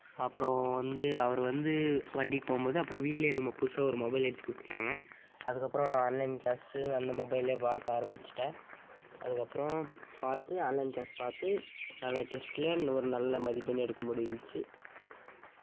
அப்பறம் வந்து அவரு வந்து வண்டிக்கு போகும்போது அப்றம் வீட்டில் எனக்கு புதுசாக ஒரு மொபைல் எடுத்து கொடுத்துட்டாங்க அதுக்கு அப்பறம் நான் ஆன்லைன் க்ளாஸு அந்த மொபைலில் பார்க்க ஆரம்மிச்சிட்டேன் அதுக்கு அப்பறம் பார்த்து ஆன்லைன் க்ளாஸ் பார்த்து நல்லா டெஸ்டில் ஒரு நல்ல மதிப்பெண் எடுக்க முடிஞ்சித்து